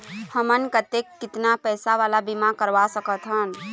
हमन कतेक कितना पैसा वाला बीमा करवा सकथन?